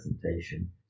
presentation